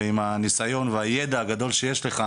ועם הניסיון והידע הגדול שיש לך,